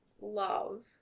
love